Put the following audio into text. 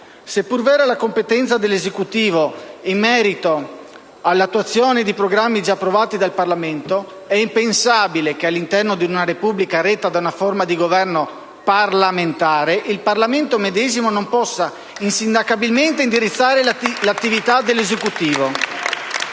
Se è pur vera la competenza dell'Esecutivo in merito all'attuazione di programmi già approvati dal Parlamento, è impensabile che, all'interno di una Repubblica retta da una forma di Governo parlamentare, il Parlamento medesimo non possa insindacabilmente indirizzare l'attività dell'Esecutivo.